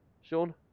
Sean